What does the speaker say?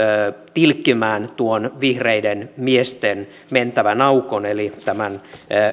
tilkitsemään tuon vihreiden miesten mentävän aukon eli tämän